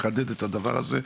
יש לחדד את הדבר הזה,